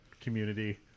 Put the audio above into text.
community